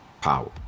power